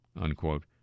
unquote